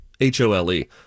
H-O-L-E